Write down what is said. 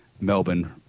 Melbourne